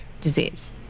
disease